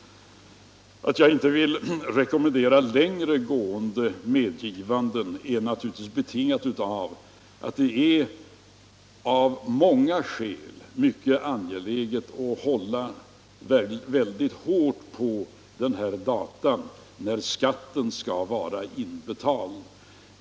Att jag inte vill rekommendera längre gående medgivanden är naturligtvis betingat av att det av många skäl är mycket angeläget att hålla väldigt hårt på det datum då skatten skall vara inbetald.